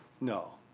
No